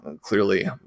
clearly